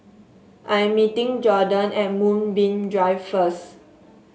I am meeting Jordon at Moonbeam Drive first